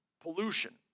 pollution